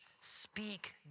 speak